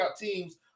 teams